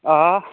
آ آ